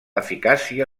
eficàcia